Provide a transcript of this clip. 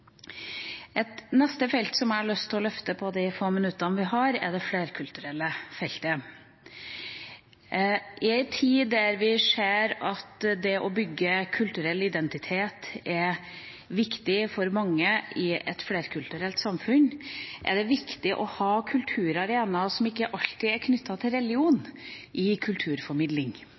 neste feltet som jeg har lyst til å løfte på de få minuttene vi har, er det flerkulturelle feltet. I ei tid da vi ser at det å bygge kulturell identitet er viktig for mange i et flerkulturelt samfunn, trenger vi kulturarenaer som ikke alltid er knyttet til